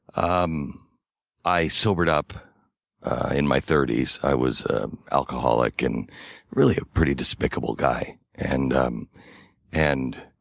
um i sobered up in my thirty s. i was an alcoholic and really a pretty despicable guy. and um and